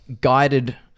guided